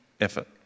effort